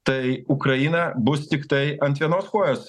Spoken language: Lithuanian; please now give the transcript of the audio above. tai ukraina bus tiktai ant vienos kojos